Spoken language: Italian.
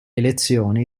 elezioni